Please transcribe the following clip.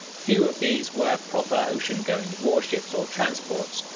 few of these were proper ocean-going warships or transports,